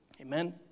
Amen